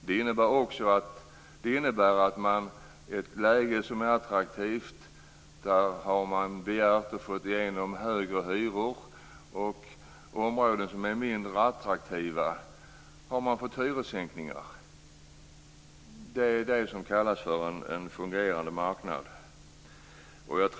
Det innebär att man i ett läge som är attraktivt har begärt och fått igenom högre hyror. I områden som är mindre attraktiva har man fått hyressänkningar. Det är det som kallas för en fungerande marknad.